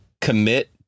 commit